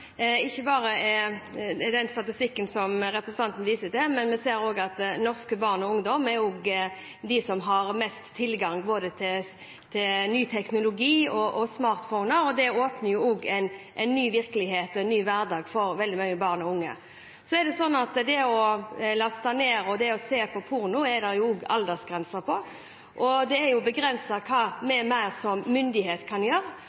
Ikke bare har vi den statistikken som representanten viser til, men vi ser også at norske barn og ungdom er de som har mest tilgang både til ny teknologi og smarttelefoner. Det åpner for en ny virkelighet og en ny hverdag for veldig mange barn og unge. Det å laste ned og se på porno er det aldersgrense for, og det er begrenset hva mer vi som myndighet kan gjøre.